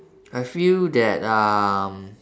I feel that um